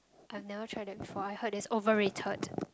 I never tried that before I heard that is overrated